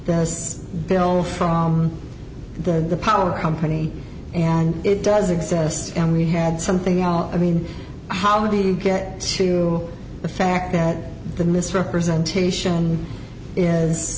this bill from the power company and it does exist and we had something out i mean how do you get to the fact that the misrepresentation is